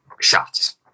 shots